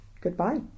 Goodbye